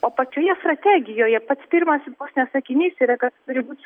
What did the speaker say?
o pačioje strategijoje pats pirmas vos ne sakinys yra kad turi būt